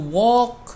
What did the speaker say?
walk